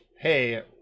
hey